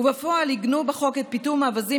ובפועל עיגנו בחוק את פיטום האווזים